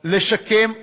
לשקם אותם,